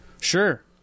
Sure